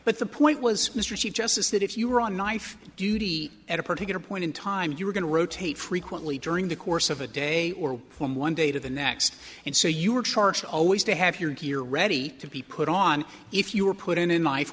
but the point was mr chief justice that if you were on knife duty at a particular point in time you were going to rotate frequently during the course of a day or from one day to the next and so you were charged always to have your gear ready to be put on if you were put in in life